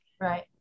Right